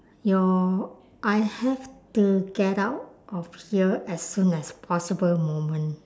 your I have to get out of here as soon as possible moment